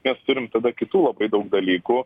mes turim tada kitų labai daug dalykų